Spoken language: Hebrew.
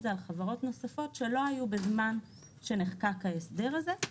זה על חברות נוספות שלא היו בזמן שנחקק ההסדר הזה.